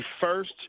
first